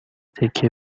تکه